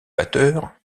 batteur